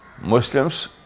Muslims